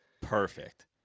Perfect